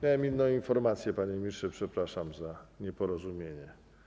Miałem inną informację, panie ministrze, przepraszam za nieporozumienie.